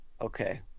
Okay